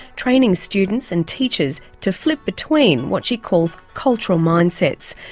training students and teachers to flip between what she calls cultural mindsets.